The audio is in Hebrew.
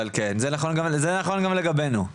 אבל זה נכון גם לגבינו,